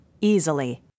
easily